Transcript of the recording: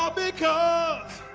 ah because